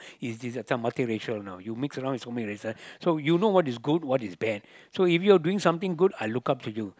is this a town multi racial know you mix around with so many races so you know what is good what is bad so if you're doing something good I look up to you